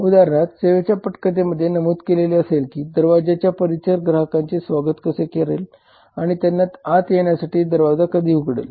उदाहरणार्थ सेवेच्या पटकथेमध्ये नमूद केलेले असेल की दरवाज्याचा परिचर ग्राहकांचे स्वागत कसे करेल आणि त्यांना आत येण्यासाठी दरवाजा कधी उघडेल